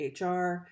HR